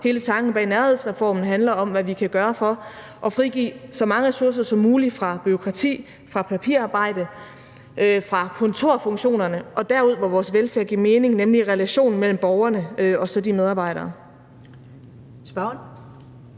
Hele tanken bag nærhedsreformen handler om, hvad vi kan gøre for at frigive så mange ressourcer som muligt fra bureaukrati, fra papirarbejde, fra kontorfunktionerne, og derud, hvor vores velfærd giver mening, nemlig i relationen mellem borgerne og de medarbejdere. Kl.